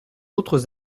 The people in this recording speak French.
autres